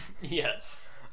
yes